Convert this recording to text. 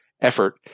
effort